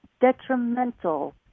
detrimental